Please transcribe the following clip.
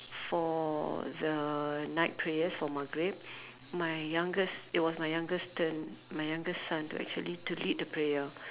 for the night prayers for maghrib my youngest it was my youngest turn my youngest son to actually to lead the prayer